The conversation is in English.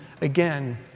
again